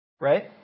Right